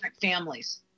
families